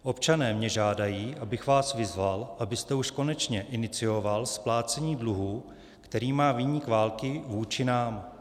Občané mě žádají, abych vás vyzval, abyste už konečně inicioval splácení dluhů, který má viník války vůči nám.